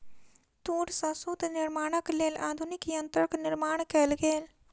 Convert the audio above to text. तूर सॅ सूत निर्माणक लेल आधुनिक यंत्रक निर्माण कयल गेल